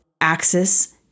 axis